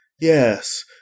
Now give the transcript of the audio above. Yes